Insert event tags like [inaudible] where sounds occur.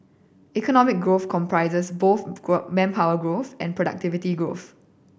economic growth comprises both [unintelligible] manpower growth and productivity growth